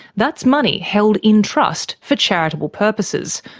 that's money held in trust for charitable purposes,